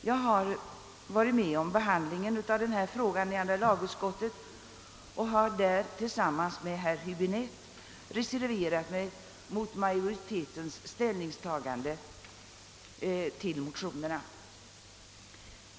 Jag har varit med vid behandlingen av denna fråga i andra lagutskottet och har där tillsammans med herr Häbinette i första kammaren reserverat mig mot utskottsmajoritetens ställningstagande till motionerna.